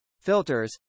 filters